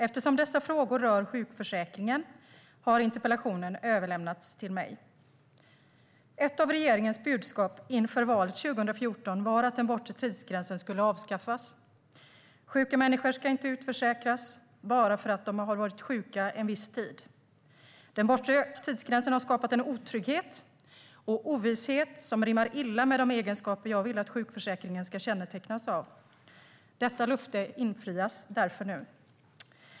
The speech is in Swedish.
Eftersom dessa frågor rör sjukförsäkringen har interpellationen överlämnats till mig. Ett av regeringens budskap inför valet 2014 var att den bortre tidsgränsen skulle avskaffas - sjuka människor ska inte utförsäkras bara för att de varit sjuka en viss tid. Den bortre tidsgränsen har skapat en otrygghet och ovisshet som rimmar illa med de egenskaper jag vill att sjukförsäkringen ska kännetecknas av. Detta löfte infrias därför nu.